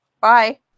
Bye